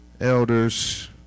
elders